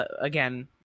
again